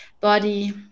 body